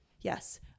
Yes